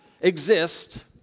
exist